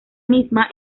misma